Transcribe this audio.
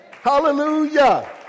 Hallelujah